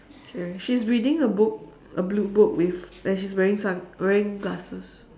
okay she is reading a book a blue book with and she's wearing sun~ wearing glasses